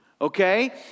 okay